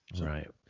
Right